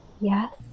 yes